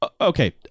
Okay